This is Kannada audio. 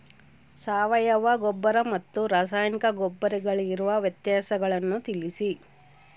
ಸಾವಯವ ಗೊಬ್ಬರ ಮತ್ತು ರಾಸಾಯನಿಕ ಗೊಬ್ಬರಗಳಿಗಿರುವ ವ್ಯತ್ಯಾಸಗಳನ್ನು ತಿಳಿಸಿ?